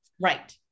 Right